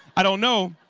i don't know.